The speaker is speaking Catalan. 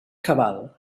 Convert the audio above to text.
cabal